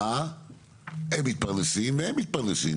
הם מתפרנסים והם מתפרנסים,